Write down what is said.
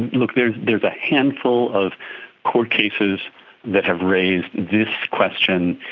look, there's there's a handful of court cases that have raised this question,